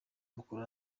macron